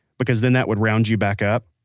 because, then, that would round you back up,